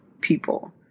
people